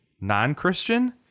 non-Christian